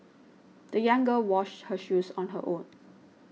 the young girl washed her shoes on her own